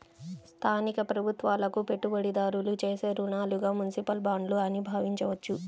స్థానిక ప్రభుత్వాలకు పెట్టుబడిదారులు చేసే రుణాలుగా మునిసిపల్ బాండ్లు అని భావించవచ్చు